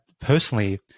personally